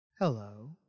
Hello